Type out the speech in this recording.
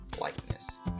likeness